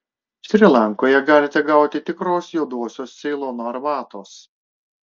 šri lankoje galite gauti tikros juodosios ceilono arbatos